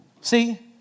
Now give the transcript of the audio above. See